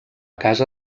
casa